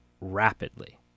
rapidly